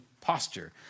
posture